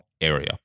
area